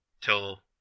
till